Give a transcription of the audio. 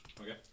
Okay